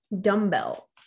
dumbbell